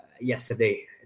yesterday